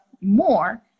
more